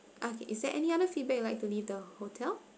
okay is there any other feedback you would like to leave the hotel